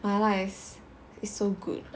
麻辣 is so good